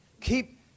Keep